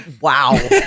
Wow